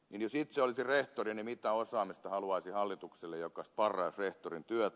jos itse olisin rehtori mitä osaamista haluaisin hallitukselle joka sparraisi rehtorin työtä